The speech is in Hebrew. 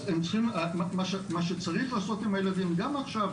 אז מה שצריך לעשות עם הילדים גם עכשיו,